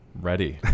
Ready